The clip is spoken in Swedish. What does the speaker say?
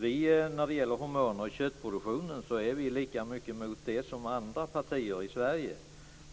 Vi är lika mycket emot hormoner i köttproduktionen som andra partier i Sverige